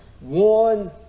One